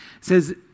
says